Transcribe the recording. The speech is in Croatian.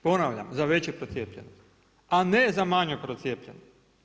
Ponavljam, za veću procijepljenost a ne za manju procijepljenost.